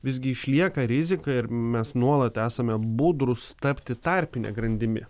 vis gi išlieka rizika ir mes nuolat esame budrūs tapti tarpine grandimi